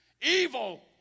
evil